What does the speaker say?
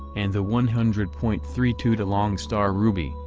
and the one hundred point three two delong star ruby,